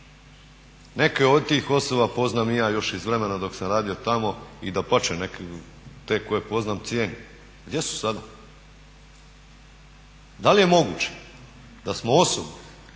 Neke od tih osoba poznajem i ja još iz vremena dok sam radio tamo i dapače, te koje poznam cijenim. Gdje su sada? Da li je moguće da smo osobu